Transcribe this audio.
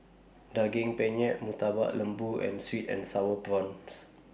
Daging Penyet Murtabak Lembu and Sweet and Sour Prawns